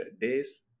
days